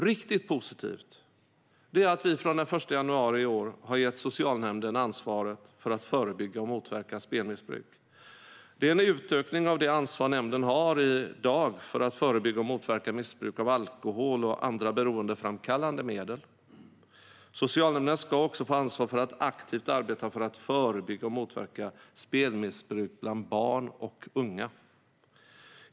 Riktigt positivt är att vi från den 1 januari i år har gett socialnämnderna ansvaret för att förebygga och motverka spelmissbruk. Det är en utökning av det ansvar nämnderna i dag har för att förebygga och motverka missbruk av alkohol och andra beroendeframkallande medel. Socialnämnderna ska också få ansvar för att aktivt arbeta för att förebygga och motverka spelmissbruk bland barn och unga.